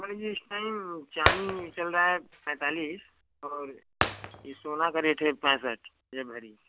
मान लीजिए सर चांदी चल रहा है पैंतालीस और ही सोना का रेट है पैंसठ ये भरी